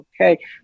okay